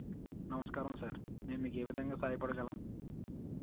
నమస్కారం సార్ మేము మీకు ఏవిధంగా సహాయపడగలం